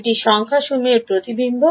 এটি সংখ্যাসমূহের প্রতিবিম্ব